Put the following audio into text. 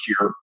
year